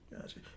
Gotcha